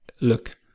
look